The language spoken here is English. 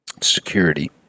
security